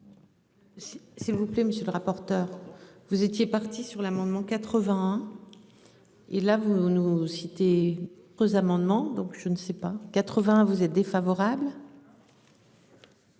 S'il vous plaît monsieur le rapporteur. Vous étiez partis sur l'amendement 80. Et là vous nous citez vos amendements donc je ne sais pas 80 vous êtes défavorable.